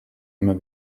immer